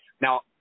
Now